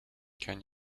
can